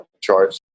charts